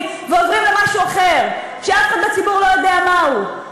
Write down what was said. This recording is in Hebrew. ומעבירים למשהו אחר שאף אחד בציבור לא יודע מהו.